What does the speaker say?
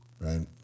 Right